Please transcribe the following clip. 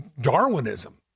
Darwinism